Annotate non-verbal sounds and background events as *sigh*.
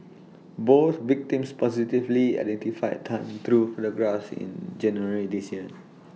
both victims positively identified *noise* Tan through photographs in January this year